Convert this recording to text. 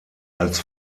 als